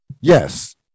Yes